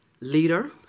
leader